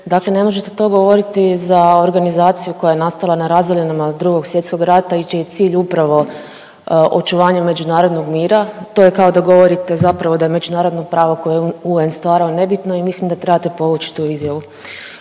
Dakle ne možete to govoriti za organizaciju koja je nastala na …/Govornik se ne razumije./… II. Svjetskog rata i čiji je cilj upravo očuvanje međunarodnog mira. To je kao da govorite zapravo da je međunarodno pravo koje je UN stvarao nebitno i mislim da trebate povući tu izjavu.